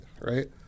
right